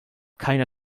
keiner